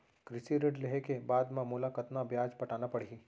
कृषि ऋण लेहे के बाद म मोला कतना ब्याज पटाना पड़ही?